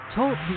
Talk